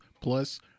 plus